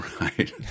right